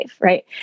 right